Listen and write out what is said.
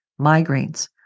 migraines